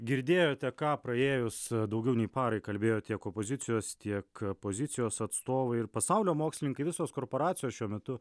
girdėjote ką praėjus daugiau nei parai kalbėjo tiek opozicijos tiek pozicijos atstovai ir pasaulio mokslininkai visos korporacijos šiuo metu